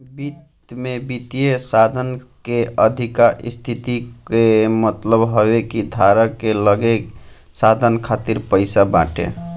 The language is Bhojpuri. वित्त में वित्तीय साधन के अधिका स्थिति कअ मतलब हवे कि धारक के लगे साधन खातिर पईसा बाटे